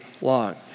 long